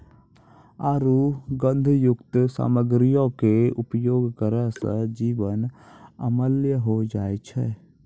आरु गंधकयुक्त सामग्रीयो के उपयोग करै से जमीन अम्लीय होय जाय छै